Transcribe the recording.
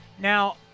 Now